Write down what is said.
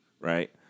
right